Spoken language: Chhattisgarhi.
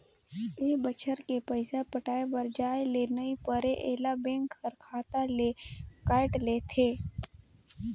ए बच्छर के पइसा पटाये बर जाये ले नई परे ऐला बेंक हर खाता ले कायट लेथे